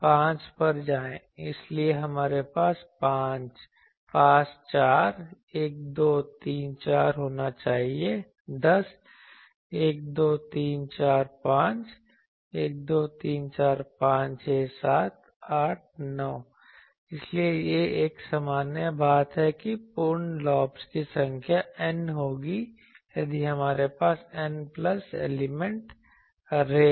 पांच पर जाएं इसलिए हमारे पास चार 1 2 3 4 होना चाहिए दस 1 2 3 4 5 1 2 3 4 5 6 7 8 9 इसलिए यह एक सामान्य बात है कि पूर्ण लॉब्स की संख्या N होगी यदि हमारे पास N प्लस 1 एलिमेंट ऐरे है